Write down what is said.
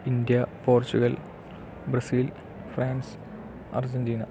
India Portugal Brazil France Argentina